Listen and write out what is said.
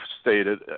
stated